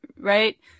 right